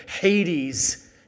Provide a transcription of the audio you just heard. Hades